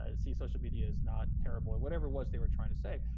ah see, social media is not terrible, or whatever it was they were trying to say.